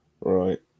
Right